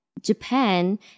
Japan